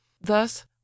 thus